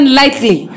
lightly